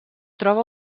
troba